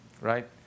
right